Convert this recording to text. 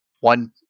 one